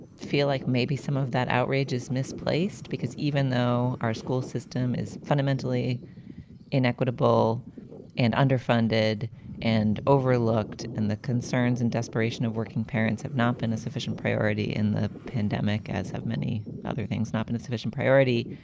feel like maybe some of that outrage is misplaced because even though our school system is fundamentally inequitable and underfunded and overlooked and the concerns and desperation of working parents have not been a sufficient priority in the pandemic, as have many other things not being a sufficient priority,